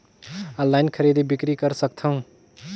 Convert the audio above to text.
Online खरीदी बिक्री कर सकथव?